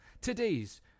today's